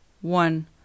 one